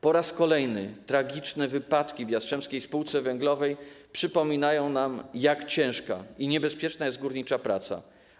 Po raz kolejny tragiczne wypadki w Jastrzębskiej Spółce Węglowej przypominają nam, jak ciężka i niebezpieczna jest górnicza praca.